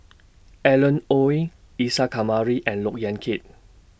Alan Oei Isa Kamari and Look Yan Kit